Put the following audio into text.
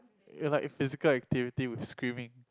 you like physical activity with swimming